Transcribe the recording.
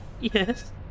Yes